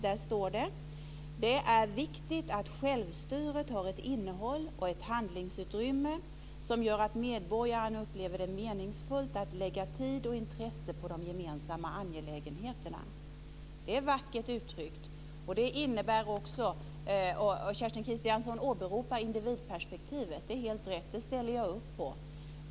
Där står det: Det är viktigt att självstyret har ett innehåll och ett handlingsutrymme som gör att medborgaren upplever det som meningsfullt att lägga tid och intresse på de gemensamma angelägenheterna. Det är vackert uttryckt. Kerstin Kristiansson åberopar individperspektivet. Det är helt rätt. Det ställer jag upp på.